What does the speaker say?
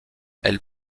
elles